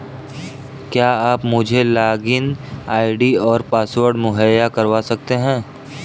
क्या आप मुझे लॉगिन आई.डी और पासवर्ड मुहैय्या करवा सकते हैं?